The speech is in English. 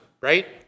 right